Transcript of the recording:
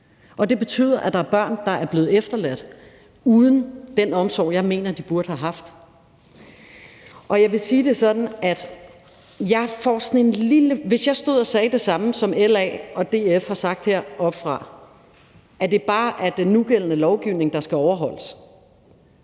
Det betyder, at der er børn, der er blevet efterladt uden den omsorg, jeg mener de burde have haft. Jeg vil sige det sådan, at hvis jeg som minister stod og sagde det samme, som LA og DF har sagt heroppefra, nemlig at det bare er den nugældende lovgivning, der skal overholdes